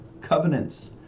covenants